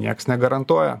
nieks negarantuoja